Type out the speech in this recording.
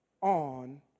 on